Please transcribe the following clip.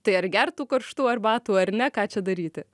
tai ar gert tų karštų arbatų ar ne ką čia daryti